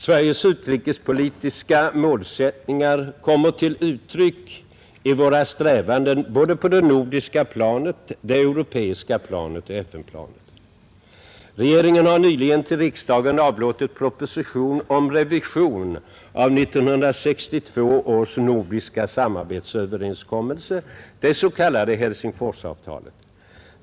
Sveriges utrikespolitiska målsättningar kommer till uttryck i våra strävanden på det nordiska planet, det europeiska planet och FN-planet. Regeringen har nyligen till riksdagen avlåtit proposition om revision av 1962 års nordiska samarbetsöverenskommelse, det s.k. Helsingforsavtalet.